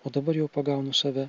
o dabar jau pagaunu save